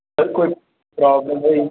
sir कोई problem होई